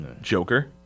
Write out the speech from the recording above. Joker